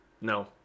No